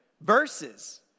verses